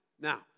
Now